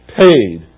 paid